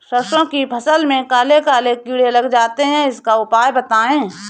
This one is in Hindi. सरसो की फसल में काले काले कीड़े लग जाते इसका उपाय बताएं?